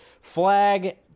Flag